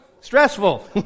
Stressful